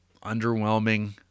underwhelming